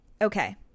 Okay